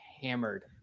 hammered